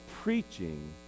preaching